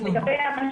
--- והמענה